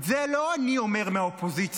את זה לא אני אומר מהאופוזיציה,